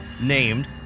named